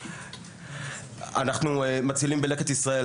אנחנו מצילים ב'לקט ישראל',